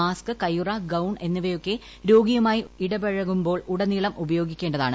mask കൈയുറ gown എന്നിവയൊക്കെ രോഗിയുമായി ഇടപഴകുമ്പോൾ ഉടനീളം ഉപയോഗിക്കേണ്ടതാണ്